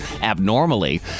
abnormally